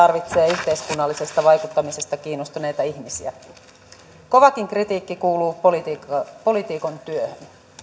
yhteiskunnallisesta vaikuttamisesta kiinnostuneita ihmisiä kovakin kritiikki kuuluu poliitikon työhön